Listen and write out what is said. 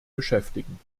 beschäftigen